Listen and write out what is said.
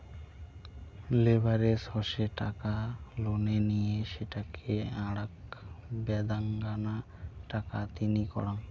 leverage হসে টাকা লোনে নিয়ে সেটোকে আরাক বেদাঙ্গনা টাকা তিনি করাঙ